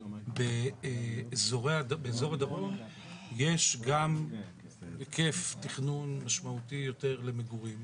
באזור הדרום יש גם היקף תכנון משמעותי יותר למגורים,